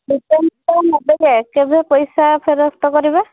ରିଟର୍ଣ୍ଣ୍ଟା ନ ଦେଲେ କେବେ ପଇସା ଫେରସ୍ତ କରିବେ